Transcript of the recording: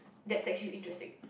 that's actually interesting